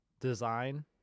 design